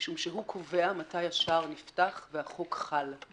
משום שהוא קובע מתי השער נפתח והחוק חל;